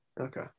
Okay